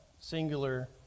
singular